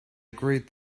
agreed